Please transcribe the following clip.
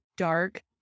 dark